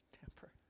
Temper